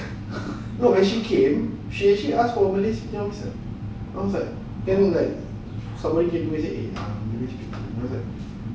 no when she came she actually asked for malay speaking officer then I was like then I'm like eh malay speaking